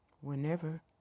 Whenever